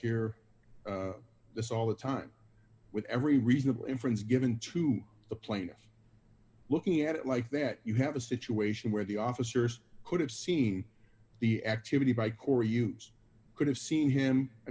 hear this all the time with every reasonable inference given to the plaintiff looking at it like that you have a situation where the officers could have seen the activity by core you could have seen him i